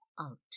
out